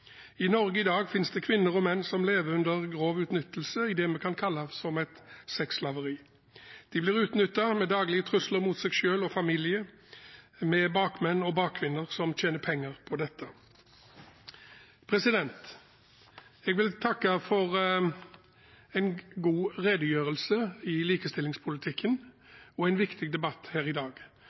I Norge i dag finnes det kvinner og menn som lever under grov utnyttelse i det man kan kalle for sexslaveri. Med daglige trusler mot seg selv og familien utnyttes de av bakmenn og -kvinner som tjener penger på dette. Jeg vil takke for en god redegjørelse om likestillingspolitikken og for en viktig debatt her i dag.